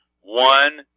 one